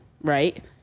right